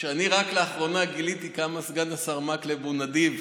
שאני רק לאחרונה גיליתי כמה סגן השר מקלב נדיב,